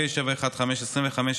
פ/715/25,